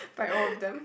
by all of them